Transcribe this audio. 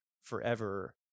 forever